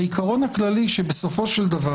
חשבתי שהדברים יהיו יותר פשוטים.